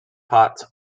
pots